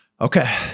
Okay